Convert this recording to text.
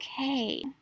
okay